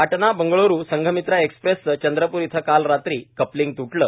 पाटणा बंगलुरू संघमित्रा एक्सप्रेसचं चंद्रपूर इथं काल रात्री कपलिंग तुटलं